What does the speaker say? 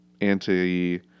anti